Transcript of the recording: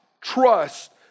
trust